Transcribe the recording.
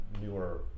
newer